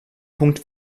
punkt